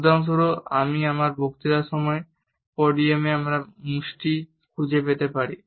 উদাহরণস্বরূপ আমি আমার বক্তৃতার সময় পডিয়ামে আমার মুষ্টি খুঁজে পেতে পারি